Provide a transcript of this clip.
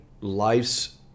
Life's